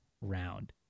round